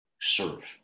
serve